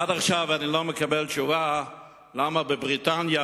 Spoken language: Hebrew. עד עכשיו אני לא מקבל תשובה למה בבריטניה,